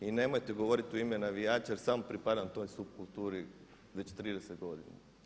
I nemojte govoriti u ime navijača jer sam pripadam toj supkulturi već 30 godina.